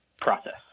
process